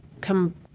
come